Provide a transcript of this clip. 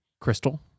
crystal